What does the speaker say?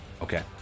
Okay